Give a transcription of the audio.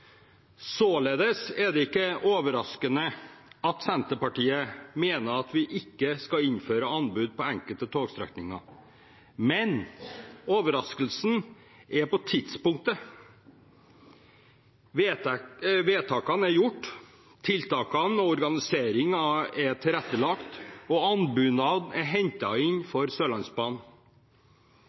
Således er det ikke overraskende at Senterpartiet mener at vi ikke skal innføre anbud på enkelte togstrekninger. Men overraskelsen går på tidspunktet. Vedtakene er gjort, tiltakene og organiseringen er tilrettelagt, og anbud er hentet inn for Sørlandsbanen.